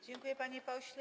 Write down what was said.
Dziękuję, panie pośle.